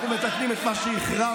אנחנו מתקנים את מה שהחרבתם.